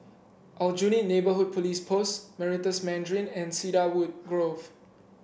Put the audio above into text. Aljunied Neighbourhood Police Post Meritus Mandarin and Cedarwood Grove